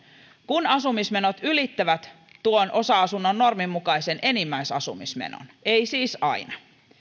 kun asumismenot ylittävät tuon osa asunnon normin mukaisen enimmäisasumismenon ei siis aina